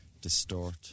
distort